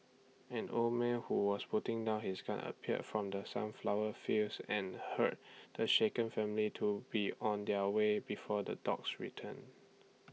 an old man who was putting down his gun appeared from the sunflower fields and hurried the shaken family to be on their way before the dogs return